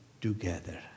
together